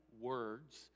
words